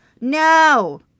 No